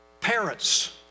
parents